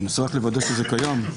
אני רוצה לוודא שזה קיים.